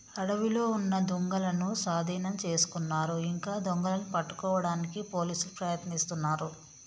అడవిలో ఉన్న దుంగలనూ సాధీనం చేసుకున్నారు ఇంకా దొంగలని పట్టుకోడానికి పోలీసులు ప్రయత్నిస్తున్నారు